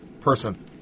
person